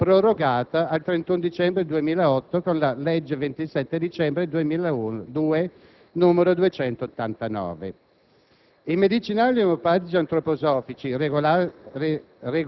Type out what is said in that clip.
Il governo Berlusconi, con il decreto legislativo del 24 aprile 2006, n. 19, ha recepito nella legislazione nazionale la direttiva europea 2001/83/CE.